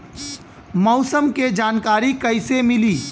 मौसम के जानकारी कैसे मिली?